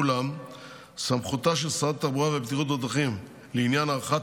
אולם סמכותה של שרת התחבורה והבטיחות בדרכים לעניין הארכת